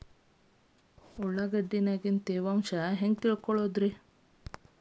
ಉಳ್ಳಾಗಡ್ಯಾಗಿನ ತೇವಾಂಶ ಹ್ಯಾಂಗ್ ತಿಳಿಯೋದ್ರೇ?